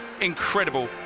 Incredible